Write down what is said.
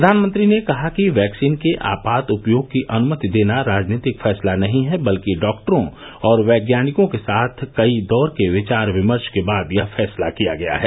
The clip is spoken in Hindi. प्रधानमंत्री ने कहा कि वैक्सीन के आपात उपयोग की अनुमति देना राजनीतिक फैसला नहीं है बल्कि डॉक्टरों और वैज्ञानिकों के साथ कई दौर के विचार विमर्श के बाद यह फैसला किया गया है